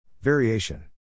Variation